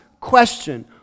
question